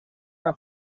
una